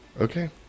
Okay